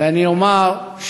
ואני אומר שבהחלט,